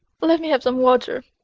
let me have some water.